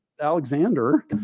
Alexander